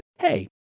hey